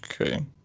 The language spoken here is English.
Okay